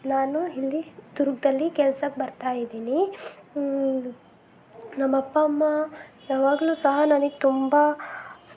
ನಾನು ಇಲ್ಲಿ ದುರ್ಗದಲ್ಲಿ ಕೆಲ್ಸಕ್ಕೆ ಬರ್ತಾ ಇದ್ದೀನಿ ನಮ್ಮ ಅಪ್ಪ ಅಮ್ಮ ಯಾವಾಗಲೂ ಸಹ ನನಗೆ ತುಂಬ